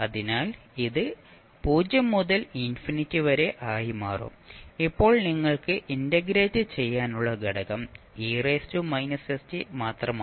അതിനാൽ ഇത് 0 മുതൽ ഇൻഫിനിറ്റി ആയി മാറും ഇപ്പോൾ നിങ്ങൾക്ക് ഇന്റഗ്രേറ്റ് ചെയ്യാനുള്ള ഘടകം മാത്രമാണ്